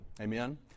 Amen